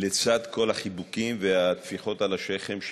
לצד כל החיבוקים והטפיחות על השכם,